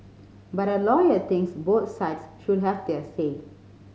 but a lawyer thinks both sides should have their say